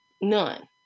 None